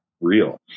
real